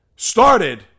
Started